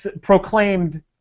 proclaimed